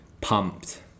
pumped